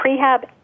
prehab